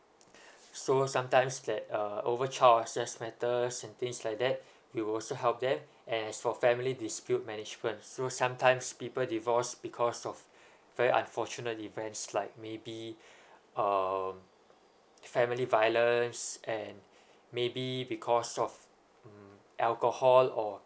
so sometimes that uh over child access matters and things like that we will also help them and as for family dispute management so sometimes people divorce because of very unfortunate events like maybe um family violence and maybe because of mm alcohol or